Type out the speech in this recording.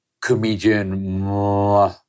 comedian